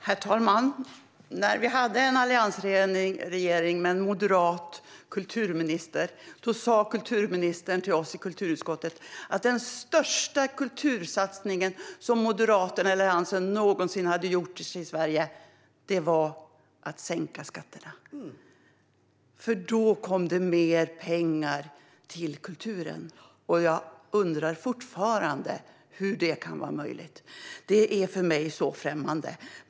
Herr talman! När vi hade en alliansregering med en moderat kulturminister sa kulturministern till oss i kulturutskottet att den största kultursatsning som Moderaterna och Alliansen någonsin gjort i Sverige var att sänka skatterna, för då kom det mer pengar till kulturen. Jag undrar fortfarande hur det kan vara möjligt. Det är så främmande för mig.